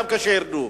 גם כשירדו,